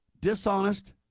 dishonest